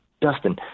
Dustin